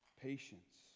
patience